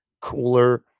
cooler